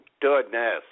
goodness